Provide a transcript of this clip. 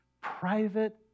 private